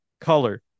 color